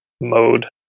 mode